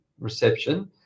Reception